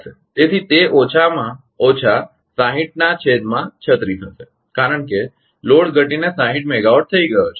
તેથી તે ઓછાના ઓછા 60 ના છેદમાં 36 હશે કારણ કે લોડ ઘટીને 60 મેગાવોટ થઈ ગયો છે